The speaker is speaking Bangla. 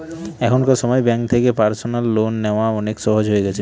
এখনকার সময় ব্যাঙ্ক থেকে পার্সোনাল লোন নেওয়া অনেক সহজ হয়ে গেছে